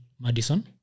Madison